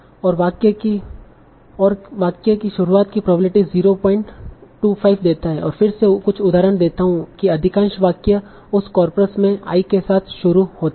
और I की वाक्य शुरुआत की प्रोबेबिलिटी 025 देता है फिर से कुछ उदाहरण देता हूं कि अधिकांश वाक्य उस कॉर्पस में i के साथ शुरू होते हैं